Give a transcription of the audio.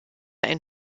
ein